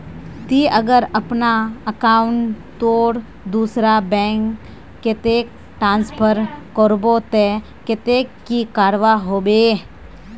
ती अगर अपना अकाउंट तोत दूसरा बैंक कतेक ट्रांसफर करबो ते कतेक की करवा होबे बे?